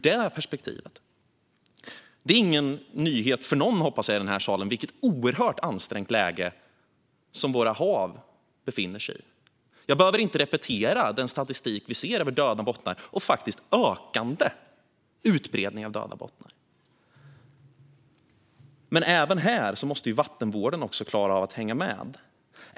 Det är ingen nyhet för någon i denna Statsrådet Ann Linde , hoppas jag, vilket oerhört ansträngt läge som våra hav befinner sig i. Jag behöver inte repetera den statistik vi ser över döda bottnar och över den ökande utbredningen av döda bottnar. Men även här måste vattenvården klara av att hänga med.